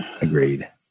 Agreed